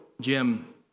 Jim